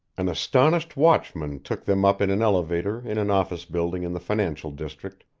an astonished watchman took them up in an elevator in an office building in the financial district,